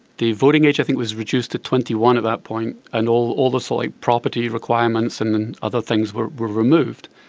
the voting age i think was reduced to twenty one at that point, and all all the so like property requirements and and other things were were removed.